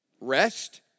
Rest